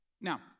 Now